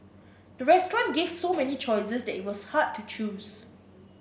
the restaurant gave so many choices that it was hard to choose